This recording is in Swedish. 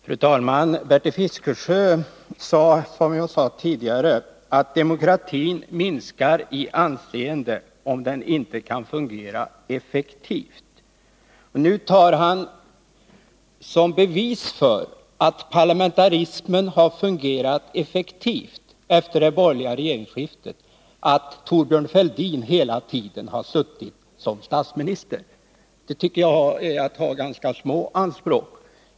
Fru talman! Bertil Fiskesjö yttrade, som jag sade tidigare, att demokratins anseende minskar om den inte kan fungera effektivt. Nu tar han som bevis för att parlamentarismen har fungerat effektivt efter regeringsskiftet till de borgerliga regeringarna att Thorbjörn Fälldin hela tiden har suttit som statsminister. Det tycker jag är att ha ganska små anspråk.